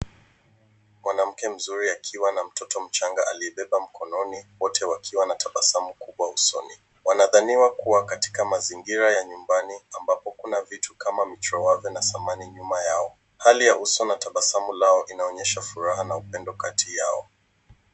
Mwanamke mzuri akiwa na mtoto mchanga aliyebeba mkononi, wote wakiwa na tabasamu kubwa usoni. Wanadhaniwa kuwa katika mazingira ya nyumbani ambapo Kuna vitu kama michoro na sahani nyuma yao. Hali ya uso na tabasamu lao inaonyesha furaha naupendo kati yao.